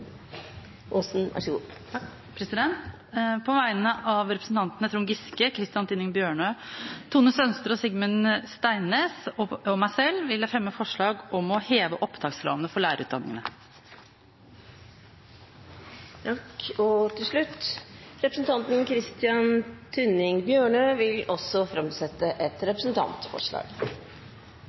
Aasen vil framsette et representantforslag. På vegne av representantene Trond Giske, Christian Tynning Bjørnø, Tone Merete Sønsterud, Sigmund Steinnes og meg selv vil jeg fremme forslag om å heve opptakskravene for lærerutdanningene. Representanten Christian Tynning Bjørnø vil framsette et